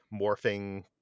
morphing